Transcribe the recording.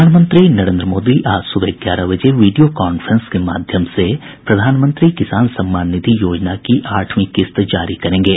प्रधानमंत्री नरेन्द्र मोदी आज सुबह ग्यारह बजे वीडियो कांफ्रेंस के माध्यम से प्रधानमंत्री किसान सम्मान निधि योजना की आठवीं किस्त जारी करेंगे